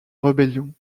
rébellion